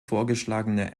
vorgeschlagene